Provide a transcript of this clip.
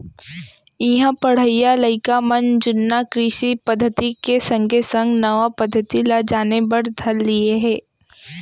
इहां पढ़इया लइका मन ह जुन्ना कृषि पद्धति के संगे संग नवा पद्धति ल जाने बर धर लिये हें